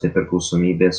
nepriklausomybės